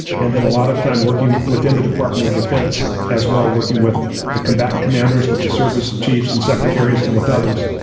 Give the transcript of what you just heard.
and then a lot of time working within the department of defense, as well working with the combatant commanders, with the service chiefs and secretaries, and with others,